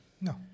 No